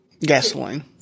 Gasoline